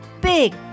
big